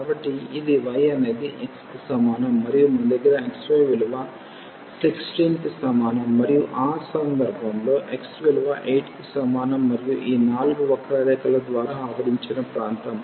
కాబట్టి ఇది y అనేది x కి సమానం మరియు మన దగ్గర xy విలువ 16 కి సమానం మరియు ఈ సందర్భంలో x విలువ 8 కి సమానం మరియు ఈ నాలుగు వక్రరేఖల ద్వారా ఆవరించిన ప్రాంతం